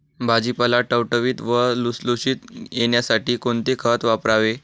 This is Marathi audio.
भाजीपाला टवटवीत व लुसलुशीत येण्यासाठी कोणते खत वापरावे?